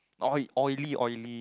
oil oily oily